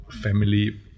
family